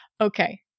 Okay